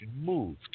moved